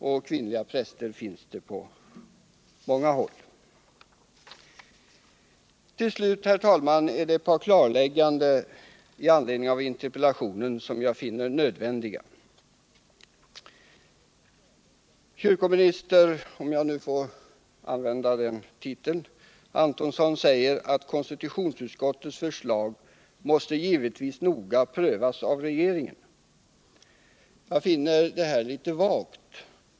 och kvinnliga präster finns det på många håll. | Till slut. herr talman, finner jag ett par klarlägganden nödvändiga med anledning av interpellationen. Kyrkoministern — om jag nu får använda den titeln — Antonsson säger för det första att konstitutionsutskottets förslag givetvis måste noga prövas av regeringen. Jag finner detta litet vagt.